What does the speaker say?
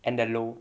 and the low